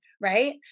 right